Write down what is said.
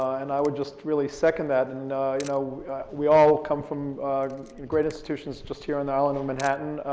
and i would just really second that. and you know we all come from great institutions, just here on the island on manhattan.